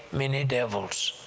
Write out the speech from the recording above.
many devils.